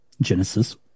Genesis